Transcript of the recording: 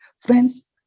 Friends